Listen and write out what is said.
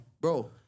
Bro